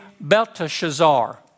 Belteshazzar